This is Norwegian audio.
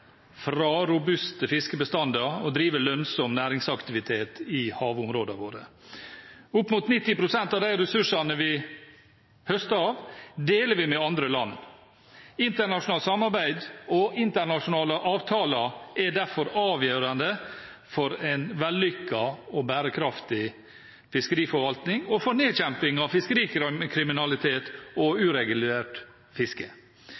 fra robuste fiskebestander og drive lønnsom næringsaktivitet i havområdene våre. Opp mot 90 pst. av de ressursene vi høster av, deler vi med andre land. Internasjonalt samarbeid og internasjonale avtaler er derfor avgjørende for en vellykket og bærekraftig fiskeriforvaltning og for nedkjemping av fiskerikriminalitet og uregulert fiske.